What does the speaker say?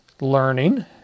learning